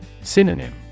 Synonym